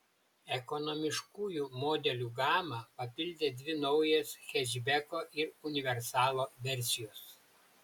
ekonomiškųjų modelių gamą papildė dvi naujos hečbeko ir universalo versijos